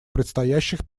предстоящих